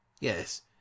Yes